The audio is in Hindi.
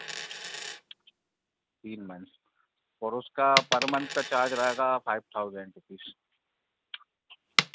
तीन मंथ और उसका पर मंथ का चार्ज रहेगा फाइव थाउज़ेंड रूपीस